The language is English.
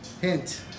Hint